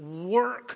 work